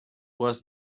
was